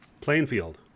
Plainfield